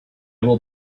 will